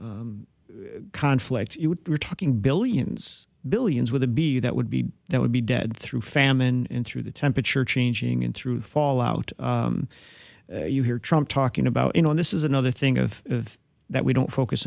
conflict we're talking billions billions with a b that would be that would be dead through famine and through the temperature changing and through fallout you hear trump talking about you know this is another thing of that we don't focus